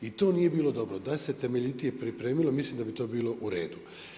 I to nije bilo dobro, da se temeljitije pripremilo, mislim da bi to bilo u redu.